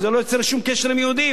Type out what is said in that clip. וזה לא יוצר שום קשר עם יהודים.